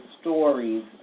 stories